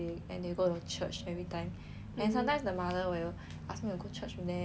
and sometimes the mother will ask me to go to church with them go